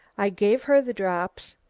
i gave her the drops,